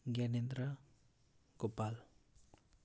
Gyanendra Gopal